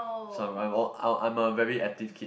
so I'm I'm all I I'm a very active kid